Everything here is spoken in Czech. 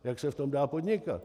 Jak se v tom dá podnikat?